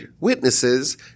witnesses